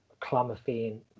clomiphene